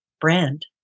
brand